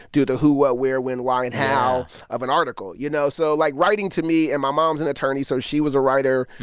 do the who, what, where, when, why and how of an article, you know? so, like, writing to me and my mom's an attorney, so she was a writer.